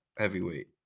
heavyweight